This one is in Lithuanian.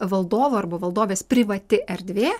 valdovo arba valdovės privati erdvė